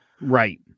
Right